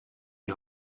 die